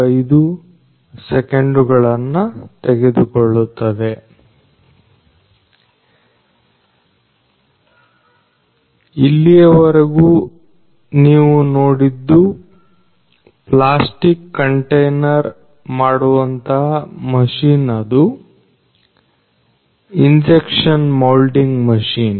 95 ಸೆಕೆಂಡುಗಳನ್ನು ತೆಗೆದುಕೊಳ್ಳುತ್ತದೆ ಇಲ್ಲಿಯವರೆಗೂ ನೀವು ನೋಡಿದ್ದು ಪ್ಲಾಸ್ಟಿಕ್ ಕಂಟೈನರ್ ಮಾಡುವಂತಹ ಮಷೀನ್ ಅದು ಇಂಜೆಕ್ಷನ್ ಮೌಲ್ಡಿಂಗ್ ಮಷೀನ್